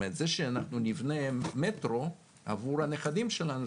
זה שאנחנו נבנה מטרו עבור הנכדים שלנו,